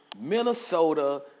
Minnesota